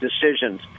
decisions